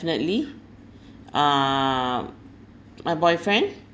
definitely uh my boyfriend